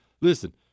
listen